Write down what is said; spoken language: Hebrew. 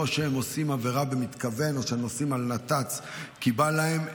לא שהם עושים עבירה במתכוון או שהם נוסעים על נת"צ כי בא להם,